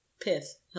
pith